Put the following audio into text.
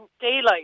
daylight